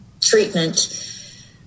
treatment